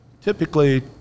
typically